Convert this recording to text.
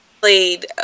played